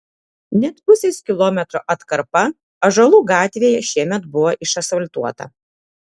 net pusės kilometro atkarpa ąžuolų gatvėje šiemet buvo išasfaltuota